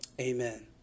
Amen